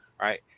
right